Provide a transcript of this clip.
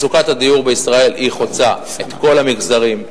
מצוקת הדיור בישראל חוצה את כל המגזרים,